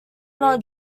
not